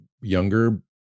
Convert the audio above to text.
younger